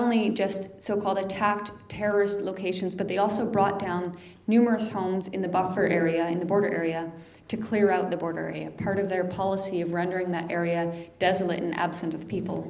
only just so called attacked terrorist locations but they also brought down numerous homes in the buffer area in the border area to clear out the border area part of their policy of rendering that area desolate and absent of people